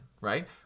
right